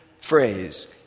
phrase